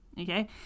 Okay